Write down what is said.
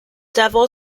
devil